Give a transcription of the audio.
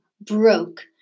broke